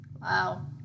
wow